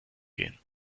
gehen